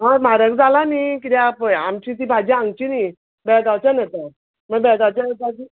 हय म्हारग जालां न्ही किद्या पय आमची ती भाजी हांगची न्ही बेळगांवच्यान येता मा बेळगांवच्यान येता ती